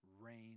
rain